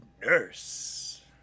nurse